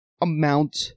amount